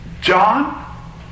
John